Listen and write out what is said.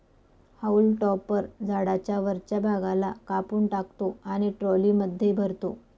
haulm topper झाडाच्या वरच्या भागाला कापून टाकतो आणि ट्रॉलीमध्ये भरतो